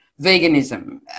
veganism